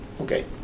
Okay